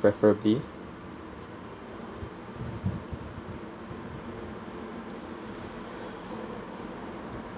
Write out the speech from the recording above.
preferably